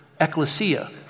ecclesia